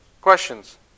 Questions